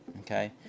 Okay